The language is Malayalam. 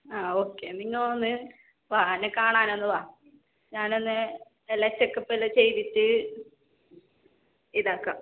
ആ ഓക്കേ നിങ്ങൾ ഒന്ന് വാ എന്നെ കാണാനൊന്നു വാ ഞാനൊന്ന് എല്ലാം ചെക്കപ്പെല്ലാം ചെയ്തിട്ട് ഇതാക്കാം